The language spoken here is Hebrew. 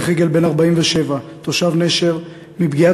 הולך רגל בן 47,